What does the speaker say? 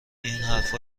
حرفا